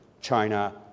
China